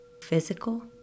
physical